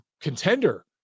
contender